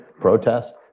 protest